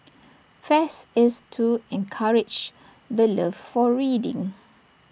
fest is to encourage the love for reading